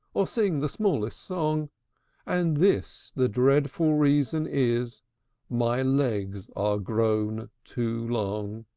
or sing the smallest song and this the dreadful reason is my legs are grown too long!